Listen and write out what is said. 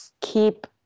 keep